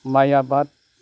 माइ आबाद